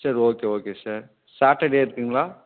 sir okay okay sir Saturday இருக்குதுங்களா